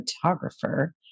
Photographer